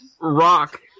rock